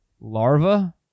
larva